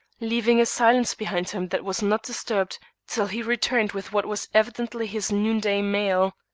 leaving a silence behind him that was not disturbed till he returned with what was evidently his noonday mail.